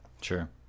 Sure